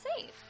safe